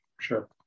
Sure